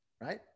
Right